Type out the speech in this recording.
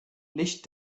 licht